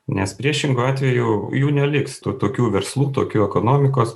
nes priešingu atveju jų neliks tų tokių verslų tokių ekonomikos